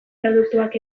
produktuak